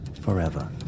forever